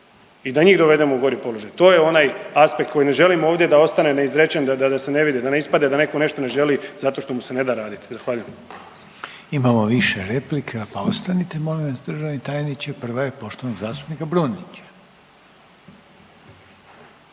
i da njih dovedemo u gori položaj. To je onaj aspekt koji ne želimo ovdje da ostane neizrečen, da se ne vide, da ne ispadne da netko nešto ne želi zato što mu se ne da raditi. Zahvaljujem. **Reiner, Željko (HDZ)** Imamo više replika, pa ostanite molim vas državni tajniče. Prva je poštovanog zastupnika Brumnića.